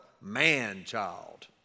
man-child